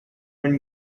when